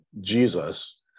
Jesus